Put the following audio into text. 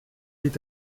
est